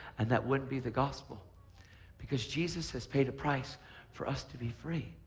and that wouldn't be the gospel because jesus has paid a price for us to be free.